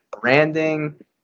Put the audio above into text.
branding